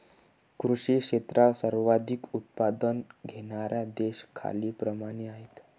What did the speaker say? कृषी क्षेत्रात सर्वाधिक उत्पादन घेणारे देश खालीलप्रमाणे आहेत